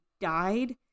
died